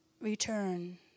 return